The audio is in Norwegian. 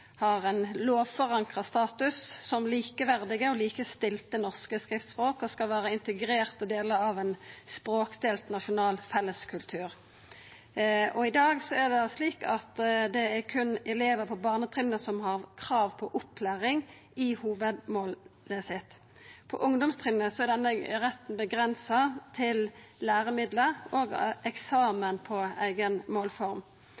har ein lovforankra status som likeverdige og likestilte norske skriftspråk og skal vera integrerte delar av ein språkdelt nasjonal felleskultur. I dag er det slik at det berre er elevar på barnetrinnet som har krav på opplæring i hovudmålet sitt. På ungdomstrinnet er denne retten avgrensa til læremiddel og